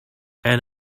and